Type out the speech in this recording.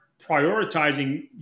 prioritizing